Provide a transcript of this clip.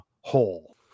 whole